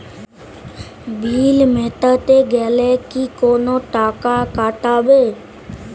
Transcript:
বিল মেটাতে গেলে কি কোনো টাকা কাটাবে?